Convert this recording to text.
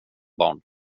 barn